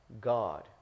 God